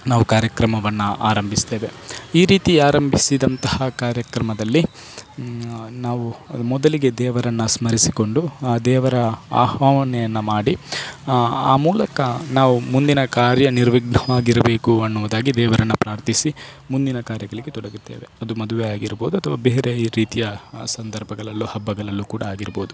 ನಾವು ಕಾರ್ಯಕ್ರಮವನ್ನು ಆರಂಭಿಸ್ತೇವೆ ಈ ರೀತಿ ಆರಂಭಿಸಿದಂತಹ ಕಾರ್ಯಕ್ರಮದಲ್ಲಿ ನಾವು ಮೊದಲಿಗೆ ದೇವರನ್ನು ಸ್ಮರಿಸಿಕೊಂಡು ಆ ದೇವರ ಆಹ್ವಾನೆಯನ್ನ ಮಾಡಿ ಆ ಮೂಲಕ ನಾವು ಮುಂದಿನ ಕಾರ್ಯ ನಿರ್ವಿಘ್ನವಾಗಿರ್ಬೇಕು ಅನ್ನುವುದಾಗಿ ದೇವರನ್ನು ಪ್ರಾರ್ಥಿಸಿ ಮುಂದಿನ ಕಾರ್ಯಗಳಿಗೆ ತೊಡಗುತ್ತೇವೆ ಅದು ಮದುವೆ ಆಗಿರ್ಬೋದು ಅಥವಾ ಬೇರೆ ಈ ರೀತಿಯ ಸಂದರ್ಭಗಳಲ್ಲು ಹಬ್ಬಗಳಲ್ಲು ಆಗಿರ್ಬೋದು